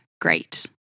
great